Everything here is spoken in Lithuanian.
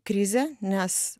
krizę nes